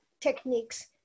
techniques